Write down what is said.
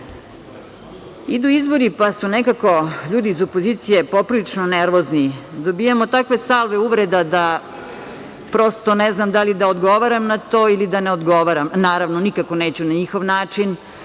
izbori, pa su nekako ljudi iz opozicije poprilično nervozni. Dobijamo takve salve uvreda da prosto ne znam da li da odgovaram na to ili da ne odgovaram. Naravno, nikako neću na njihov način,